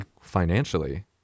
financially